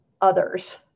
others